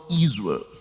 israel